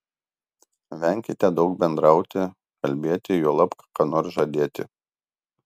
venkite daug bendrauti kalbėti juolab ką nors žadėti